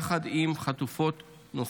שלה יחד עם חטופות נוספות: